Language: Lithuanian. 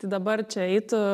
tai dabar čia eitų